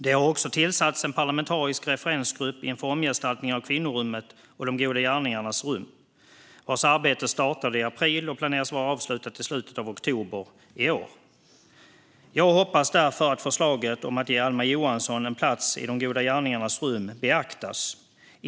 Det har också tillsatts en parlamentarisk referensgrupp inför omgestaltning av Kvinnorummet och De goda gärningarnas rum, vars arbete startade i april och planeras vara avslutat i slutet av oktober i år. Jag hoppas därför att förslaget om att ge Alma Johansson en plats i De goda gärningarnas rum beaktas.